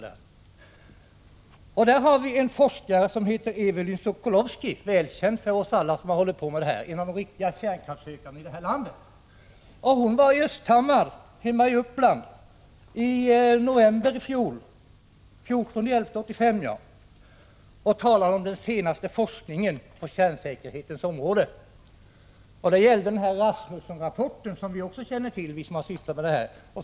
Inom rådet finns en forskare som heter Evelyn Sokolowski, välkänd för oss alla som har hållit på med energifrågor. Hon är en av de riktiga kärnkraftshökarna i det här landet. Hon var i Östhammar hemma i Uppland den 14 november 1985 och talade om den senaste forskningen på kärnkraftssäkerhetens område. Det gällde Rasmussen-rapporten, som vi som har sysslat med kärnkraftsfrågan också känner till.